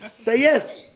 say yes!